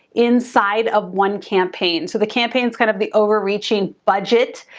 inside of one campaign. so the campaign is kind of the overreaching budget,